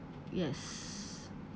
yes